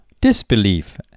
Disbelief